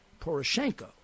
Poroshenko